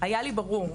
היה לי ברור,